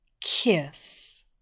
Kiss